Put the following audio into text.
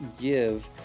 give